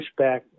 pushback